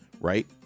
right